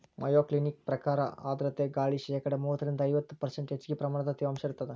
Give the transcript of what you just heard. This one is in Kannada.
ಮಯೋಕ್ಲಿನಿಕ ಪ್ರಕಾರ ಆರ್ಧ್ರತೆ ಗಾಳಿ ಶೇಕಡಾ ಮೂವತ್ತರಿಂದ ಐವತ್ತು ಪರ್ಷ್ಂಟ್ ಹೆಚ್ಚಗಿ ಪ್ರಮಾಣದ ತೇವಾಂಶ ಇರತ್ತದ